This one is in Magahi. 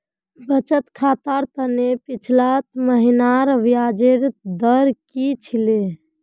बचत खातर त न पिछला महिनार ब्याजेर दर की छिले